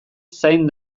zain